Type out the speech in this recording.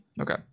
Okay